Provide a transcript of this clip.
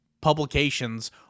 publications